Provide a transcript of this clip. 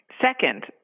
second